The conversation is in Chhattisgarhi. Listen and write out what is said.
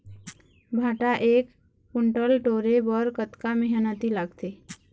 भांटा एक कुन्टल टोरे बर कतका मेहनती लागथे?